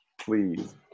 please